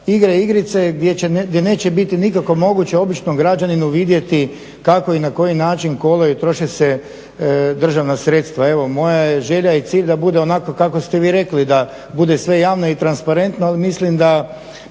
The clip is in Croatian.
igre, igrice gdje neće biti nikako moguće običnom građaninu vidjeti kako i na koji način kolaju, troše se državna sredstva. Evo moja je želja i cilj da bude onako kako ste vi rekli, da bude sve javno i transparentno. Ali mislim da